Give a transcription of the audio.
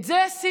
את זה עשינו.